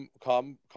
come